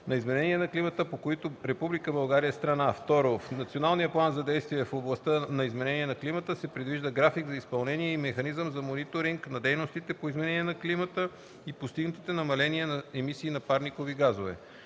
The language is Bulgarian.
на изменения на климата, по които Република България е страна. (2) В Националния план за действие в областта на изменение на климата се предвиждат график за изпълнение и механизъм за мониторинг на дейностите по изменение на климата и постигнатите намаления на емисии на парникови газове.